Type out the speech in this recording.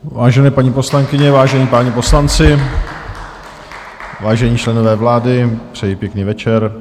Vážené paní poslankyně, vážení páni poslanci, vážení členové vlády, přeji pěkný večer.